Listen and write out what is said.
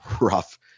rough